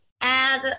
add